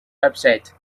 upset